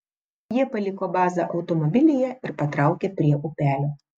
jie paliko bazą automobilyje ir patraukė prie upelio